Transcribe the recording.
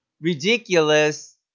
ridiculous